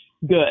good